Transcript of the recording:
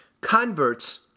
Converts